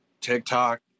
tiktok